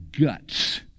guts